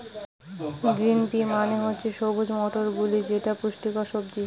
green pea মানে হচ্ছে সবুজ মটরশুটি যেটা পুষ্টিকর সবজি